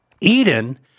Eden